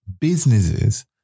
businesses